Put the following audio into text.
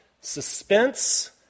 suspense